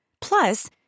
Plus